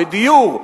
בדיור,